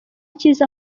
cyiza